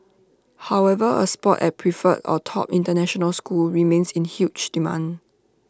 however A spot at preferred or top International school remains in huge demand